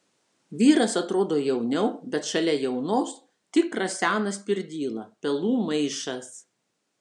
vyras atrodo jauniau bet šalia jaunos tikras senas pirdyla pelų maišas